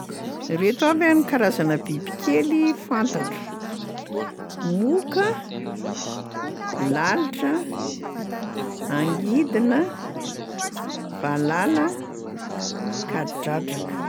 Reto avy a ny karazana bibikely fantatro: moka, lalitra, angidina, valala, kadradraka.